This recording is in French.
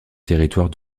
territoire